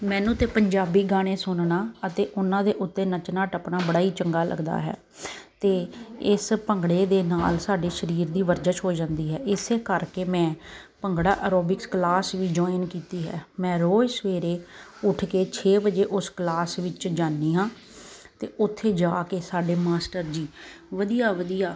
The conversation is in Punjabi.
ਮੈਨੂੰ ਤਾਂ ਪੰਜਾਬੀ ਗਾਣੇ ਸੁਣਨਾ ਅਤੇ ਉਹਨਾਂ ਦੇ ਉੱਤੇ ਨੱਚਣਾ ਟੱਪਣਾ ਬੜਾ ਹੀ ਚੰਗਾ ਲੱਗਦਾ ਹੈ ਅਤੇ ਇਸ ਭੰਗੜੇ ਦੇ ਨਾਲ ਸਾਡੇ ਸਰੀਰ ਦੀ ਵਰਜਿਸ਼ ਹੋ ਜਾਂਦੀ ਹੈ ਇਸ ਕਰਕੇ ਮੈਂ ਭੰਗੜਾ ਅਰੋਬਿਕਸ ਕਲਾਸ ਵੀ ਜੁਆਇਨ ਕੀਤੀ ਹੈ ਮੈਂ ਰੋਜ਼ ਸਵੇਰੇ ਉੱਠ ਕੇ ਛੇ ਵਜੇ ਉਸ ਕਲਾਸ ਵਿੱਚ ਜਾਂਦੀ ਹਾਂ ਅਤੇ ਉੱਥੇ ਜਾ ਕੇ ਸਾਡੇ ਮਾਸਟਰ ਜੀ ਵਧੀਆ ਵਧੀਆ